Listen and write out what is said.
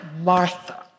Martha